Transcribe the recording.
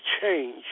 change